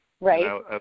Right